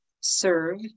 serve